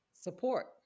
Support